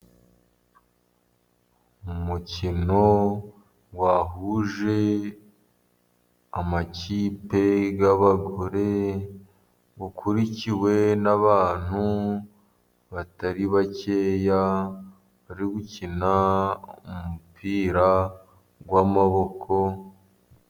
Umukino wahuje amakipe y'abagore, bakurikiwe n'abantu batari bakeya, bari gukina umupira w'amaboko.